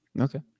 Okay